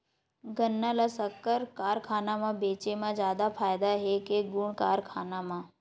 गन्ना ल शक्कर कारखाना म बेचे म जादा फ़ायदा हे के गुण कारखाना म?